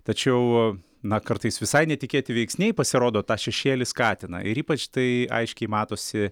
tačiau na kartais visai netikėti veiksniai pasirodo tą šešėlį skatina ir ypač tai aiškiai matosi